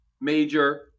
major